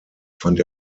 fand